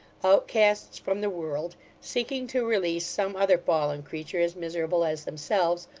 outcasts from the world, seeking to release some other fallen creature as miserable as themselves,